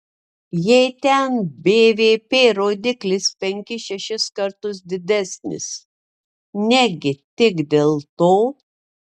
jei ten bvp rodiklis penkis šešis kartus didesnis negi tik dėl to